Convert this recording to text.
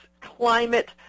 Climate